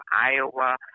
Iowa